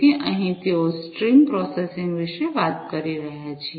તેથી અહીં તેઓ સ્ટ્રીમ પ્રોસેસિંગ વિશે વાત કરી રહ્યા છે